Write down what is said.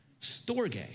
Storge